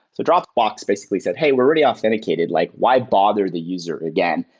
so dropbox basically said, hey, we're really authenticated. like why bother the user again?